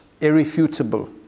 irrefutable